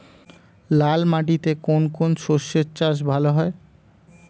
লাল মাটিতে কোন কোন শস্যের চাষ ভালো হয়?